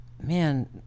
man